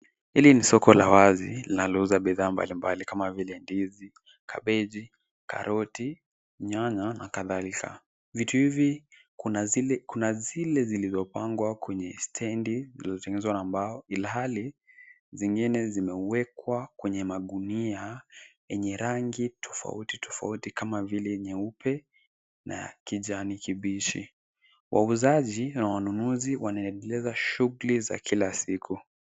Hili ni soko la wazi linalo uza bidhaa mbali mbali kama vile ndizi, kabeji, karoti, nyanya na kadhilika. Vitu hivyi kuna zile zilizopangwa kwenye stendi lilo tengenezwa na mbao ilhali zingine zime wekwa kwenye magunia yenye rangi tofauti tofauti kama vile nyeupe na kijani kibichi. Wauzaji na wananuzi wanaendeleza shuguli za kila siku.